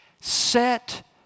Set